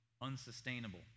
unsustainable